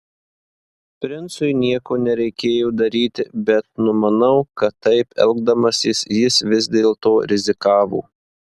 princui nieko nereikėjo daryti bet numanau kad taip elgdamasis jis vis dėlto rizikavo